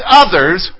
others